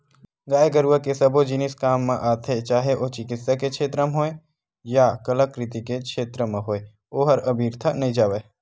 गाय गरुवा के सबो जिनिस काम म आथे चाहे ओ चिकित्सा के छेत्र म होय या कलाकृति के क्षेत्र म होय ओहर अबिरथा नइ जावय